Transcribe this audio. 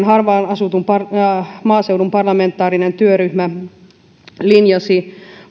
harvaan asutun maaseudun parlamentaarinen työryhmä linjasi